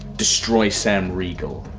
destroy sam riegel,